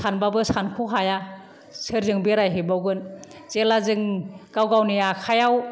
सानबाबो सानख' हाया सोरजों बेरायहैबावगोन जेला जों गाव गावनि आखाइयाव